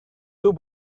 two